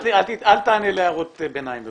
בבקשה אל תתייחס להערות ביניים.